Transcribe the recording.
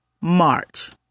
March